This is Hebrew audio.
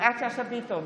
יפעת שאשא ביטון,